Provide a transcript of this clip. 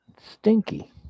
Stinky